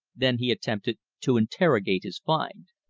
then he attempted to interrogate his find.